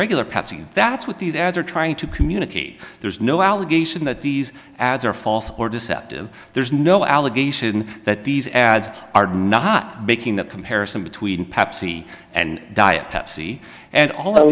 regular patsey that's what these ads are trying to communicate there's no allegation that these ads are false or deceptive there's no allegation that these ads are not making that comparison between pepsi and diet pepsi and al